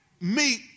meet